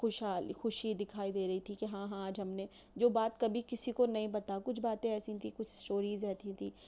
خوش حال خوشی دکھائی دے رہی تھی کہ ہاں ہاں آج ہم نے جو بات کبھی کسی کو نہیں بتا کچھ باتیں ایسی تھی کچھ اسٹوریز ایسی تھی